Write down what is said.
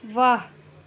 واہ